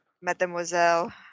mademoiselle